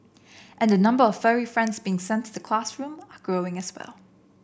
and the number of furry friends being sent to the classroom are growing as well